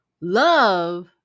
Love